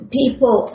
people